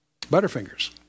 Butterfingers